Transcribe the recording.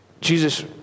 Jesus